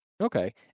Okay